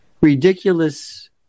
ridiculous